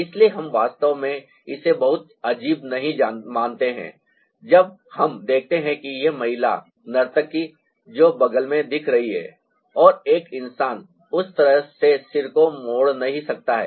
इसलिए हम वास्तव में इसे बहुत अजीब नहीं मानते हैं जब हम देखते हैं कि यह महिला नर्तकी जो बग़ल में दिख रही है और एक इंसान उस तरह से सिर को मोड़ नहीं सकता है